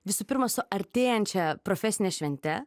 visų pirma su artėjančia profesine švente